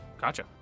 Gotcha